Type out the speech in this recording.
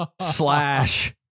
Slash